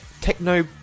techno